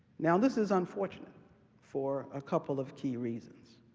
now, this is unfortunate for a couple of key reasons.